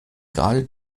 gerade